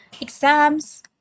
exams